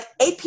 AP